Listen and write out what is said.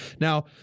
Now